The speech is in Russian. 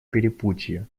перепутье